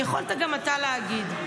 יכולת גם אתה להגיד.